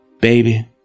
Baby